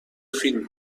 فیلم